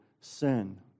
sin